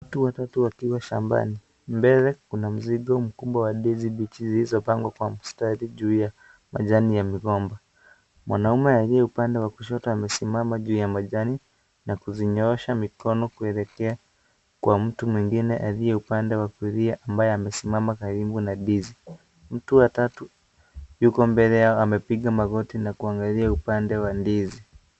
Watu watatu wakiwa shambani ,mbele kuna mzigo kubwa wa ndizi zilizopandwa Kwa mistari juu ya majani ya migomba. Mwanaume aliye upande wa kushoto amesimama juu ya majani na kuzinyoosha mikono kuelekea Kwa mtu mwingine aliye upande wa kulia ambaye amesimama karibu na ndizi. Mtu wa tatu yuko mbele yao amepiga magoti na kuangalia upande wa ndizi.